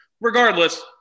regardless